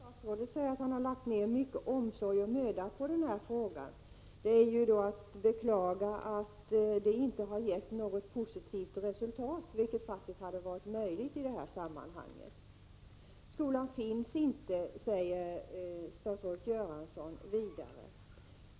Herr talman! Statsrådet säger att han har lagt ned mycken omsorg och möda på den här frågan. Då är det att beklaga att det inte har gett något positivt resultat, vilket faktiskt hade varit möjligt i det här sammanhanget. Skolan finns inte, säger statsrådet Göransson vidare.